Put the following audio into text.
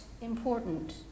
important